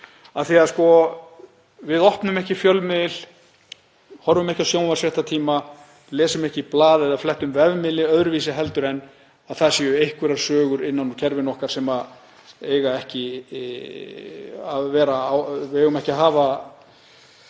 sagt. Við opnum ekki fjölmiðil, horfum ekki á sjónvarp, fréttatíma, lesum ekki blað eða flettum vefmiðli öðruvísi en að þar séu einhverjar sögur innan úr kerfinu okkar sem eiga ekki að vera. Við eigum ekki að hafa